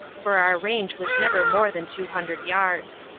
for our rang was never more than two hundred yards.